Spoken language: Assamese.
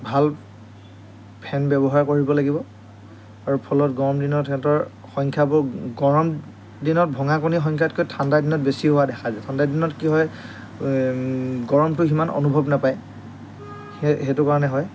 ভাল ফেন ব্যৱহাৰ কৰিব লাগিব আৰু ফলত গৰম দিনত সিহঁতৰ সংখ্যাবোৰ গৰম দিনত ভঙা কণীৰ সংখ্যাতকৈ ঠাণ্ডা দিনত বেছি হোৱা দেখা যায় ঠাণ্ডা দিনত কি হয় গৰমটো সিমান অনুভৱ নাপায় সেইটো কাৰণে হয়